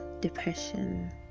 depression